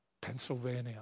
Pennsylvania